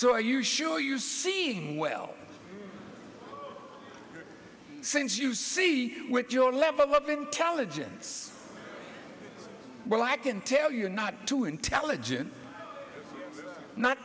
so are you sure you seeing well since you see with your level of intelligence well i can tell you're not too intelligent not